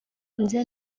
nze